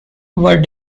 were